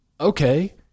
okay